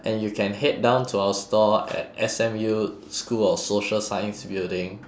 and you can head down to our store at S_M_U school of social science building